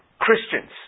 Christians